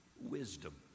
wisdom